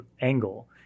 angle